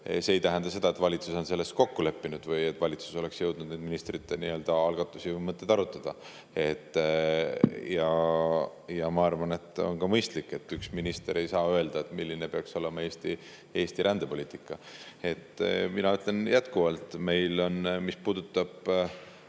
ei tähenda seda, et valitsus on selles kokku leppinud või et valitsus oleks jõudnud ministrite algatusi või mõtteid arutada. Ma arvan, et on mõistlik see, et üks minister ei saa öelda, milline peaks olema Eesti rändepoliitika. Mina ütlen jätkuvalt – see puudutab